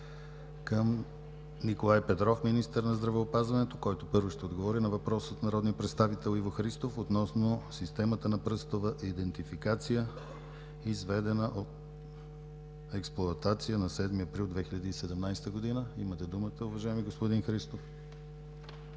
към Николай Петров – министър на здравеопазването, който първо ще отговори на въпрос от народния представител Иво Христов, относно системата на пръстова идентификация, изведена от експлоатация на 7 април 2017 г. Имате думата, уважаеми господин Христов.